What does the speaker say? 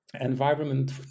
environment